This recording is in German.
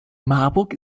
marburg